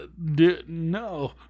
No